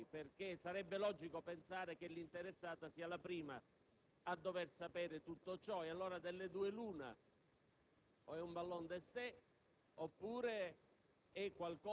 gettando certamente nello sconcerto tutti noi, perché sarebbe logico pensare che l'interessata sia la prima a dover sapere tutto ciò. Ed allora, delle due l'una: